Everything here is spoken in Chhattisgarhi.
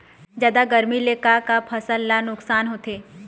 जादा गरमी ले का का फसल ला नुकसान होथे?